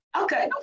Okay